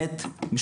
אני לא יודעת לענות